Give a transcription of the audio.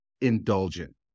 indulgent